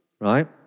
right